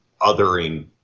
othering